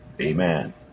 Amen